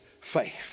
faith